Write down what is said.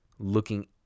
looking